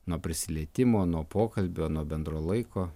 nuo prisilietimo nuo pokalbio nuo bendro laiko